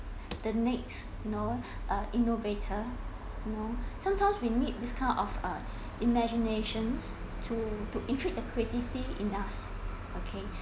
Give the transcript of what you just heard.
the next you know uh innovator you know sometimes we make this kind of uh imaginations to to intrigue the creativity enough and